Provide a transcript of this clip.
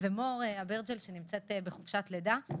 ומור אברג'יל שנמצאת בחופשת לידה.